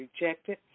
rejected